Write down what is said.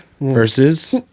versus